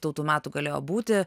tau tų metų galėjo būti